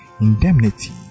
indemnity